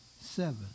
seven